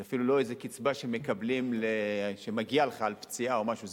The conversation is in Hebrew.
זה אפילו לא קצבה שמגיעה לך על פציעה או משהו.